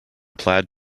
plaid